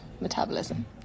metabolism